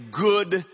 good